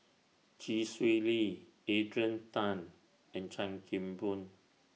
Chee Swee Lee Adrian Tan and Chan Kim Boon